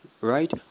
right